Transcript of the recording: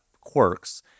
quirks